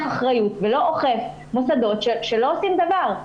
אחריות ולא אוכף מוסדות שלא עושים דבר.